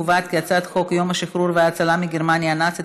ההצעה להעביר את הצעת חוק יום השחרור וההצלה מגרמניה הנאצית,